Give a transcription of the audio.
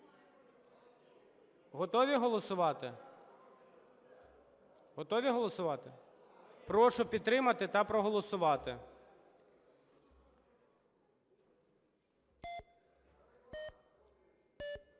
Готові голосувати? Готові голосувати? Прошу підтримати та проголосувати.